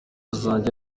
zanjye